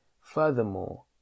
Furthermore